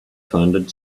funded